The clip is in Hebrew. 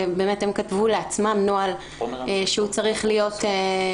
ובאמת הם כתבו לעצמם נוהל שהוא צריך להיות,